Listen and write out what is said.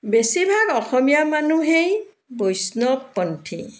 বেছিভাগ অসমীয়া মানুহেই বৈষ্ণৱপন্থী